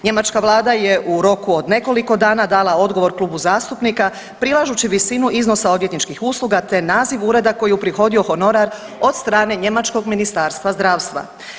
Njemačka Vlada je u roku od nekoliko dana dala odgovor klubu zastupnika prilažući visinu iznosa odvjetničkih usluga, te naziv ureda koji je uprihodio honorara od strane njemačkog Ministarstva zdravstva.